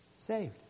Saved